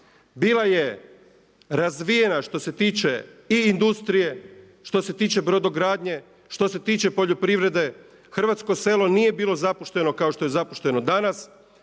bila je razvijena što se tiče i industrije, što se tiče brodogradnje, što se tiče poljoprivrede, hrvatsko selo nije bilo zapušteno kao to je zapušteno danas,